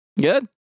good